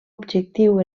objectiu